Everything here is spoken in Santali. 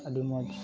ᱟᱹᱰᱤ ᱢᱚᱡᱽ